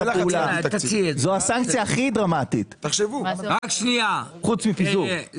זאת הסנקציה הכי דרמטית, חוץ מפיזור.